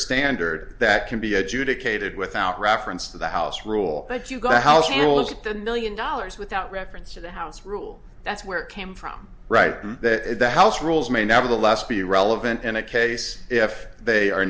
standard that can be adjudicated without reference to the house rule but you got a house you'll get the million dollars without reference to the house rule that's where it came from right that the house rules may nevertheless be relevant in a case if they are